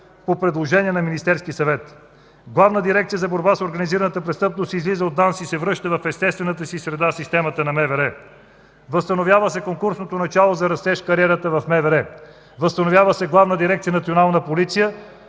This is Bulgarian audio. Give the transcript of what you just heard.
по предложение на Министерския съвет. Главна дирекция „Борба с организираната престъпност” излиза от ДАНС и се връща в естествената си среда – в системата на Министерството на вътрешните работи. Възстановява се конкурсното начало за растеж в кариерата в МВР. Възстановява се Главна дирекция „Национална полиция”.